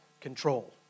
control